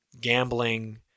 gambling